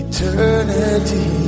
Eternity